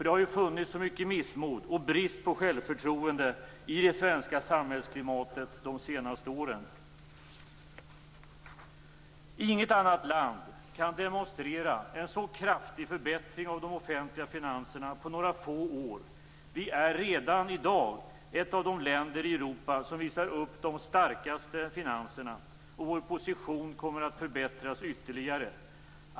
Det har ju funnits så mycket missmod och brist på självförtroende i det svenska samhällsklimatet de senaste åren. Inget annat land kan demonstrera en så kraftig förbättring av de offentliga finanserna på några få år. Vi är redan i dag ett av de länder i Europa som visar upp de starkaste finanserna, och vår position kommer att förbättras ytterligare.